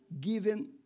given